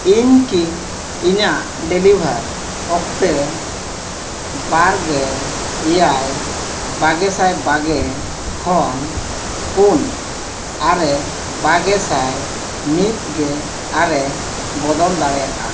ᱤᱧ ᱠᱤ ᱤᱧᱟᱹᱜ ᱰᱮᱞᱤᱵᱷᱟᱨ ᱚᱠᱛᱮ ᱵᱟᱨ ᱜᱮᱞ ᱮᱭᱟᱭ ᱵᱟᱜᱮ ᱥᱟᱭ ᱵᱟᱜᱮ ᱠᱷᱚᱱ ᱯᱩᱱ ᱟᱨᱮ ᱵᱟᱜᱮ ᱥᱟᱭ ᱢᱤᱫ ᱜᱮ ᱟᱨᱮ ᱵᱚᱫᱚᱞ ᱫᱟᱲᱮᱭᱟᱜᱼᱟ